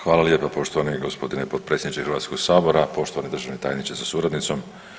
Hvala lijepo poštovani gospodine potpredsjedniče Hrvatskog sabora, poštovani državni tajniče sa suradnicom.